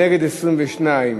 נגד, 22,